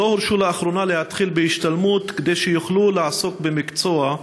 לא הורשו לאחרונה להתחיל בהשתלמות כדי שיוכלו לעסוק במקצוע,